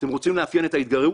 אתם רוצים לאפיין את ההתגרות?